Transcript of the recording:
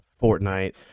Fortnite